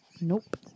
Nope